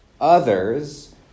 others